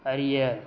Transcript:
அறிய